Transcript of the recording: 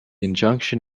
injunction